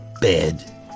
bed